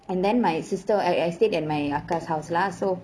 and then my sister I I stayed at my akka's house lah so